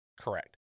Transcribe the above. Correct